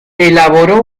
elaboró